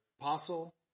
Apostle